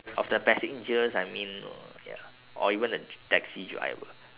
of the passengers I mean or ya or even the dr~ taxi driver